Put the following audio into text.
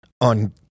on